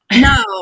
No